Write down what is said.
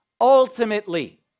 ultimately